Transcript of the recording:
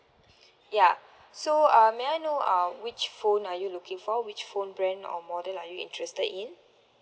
ya so uh may I know uh which phone are you looking for which phone brand or model are you interested in